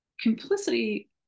complicity